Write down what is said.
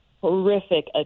horrific